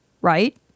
right